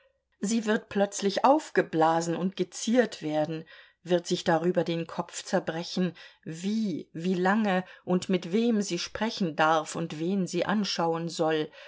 sie wird plötzlich aufgeblasen und geziert werden wird sich darüber den kopf zerbrechen wie wie lange und mit wem sie sprechen darf und wen sie anschauen soll